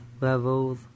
levels